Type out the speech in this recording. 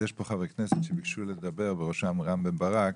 יש כאן חברי כנסת שביקשו לדבר ובראשם רם בן ברק.